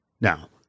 Now